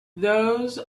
those